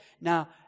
now